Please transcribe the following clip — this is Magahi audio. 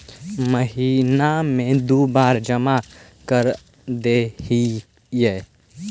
महिना मे दु बार जमा करदेहिय?